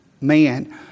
man